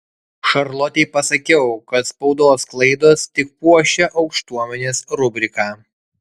šarlotei pasakiau kad spaudos klaidos tik puošia aukštuomenės rubriką